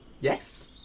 Yes